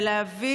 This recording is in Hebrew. ולהביא,